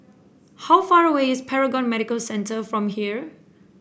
how far away is Paragon Medical Centre from here